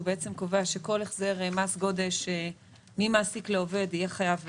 הוא קובע שכל החזר מס גודש ממעסיק לעובד יהיה חייב במס.